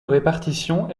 répartition